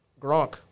Gronk